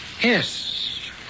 Yes